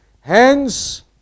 Hence